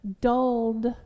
dulled